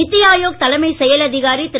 நிதி ஆயோக் தலைமை செயல் அதிகாரி திரு